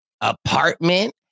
apartment